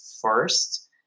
first